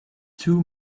two